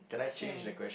sure